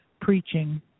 preaching